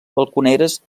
balconeres